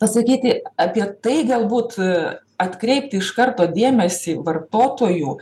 pasakyti apie tai galbūt atkreipti iš karto dėmesį vartotojų